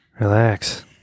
relax